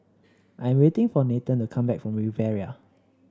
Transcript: I'm waiting for Nathen to come back from Riviera